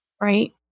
right